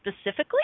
specifically